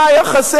מה היה חסר?